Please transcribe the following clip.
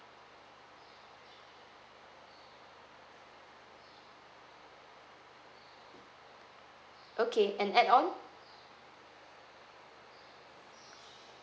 okay and add on